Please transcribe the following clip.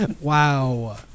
Wow